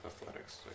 Athletics